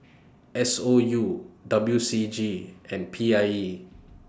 S O U W C G and P I E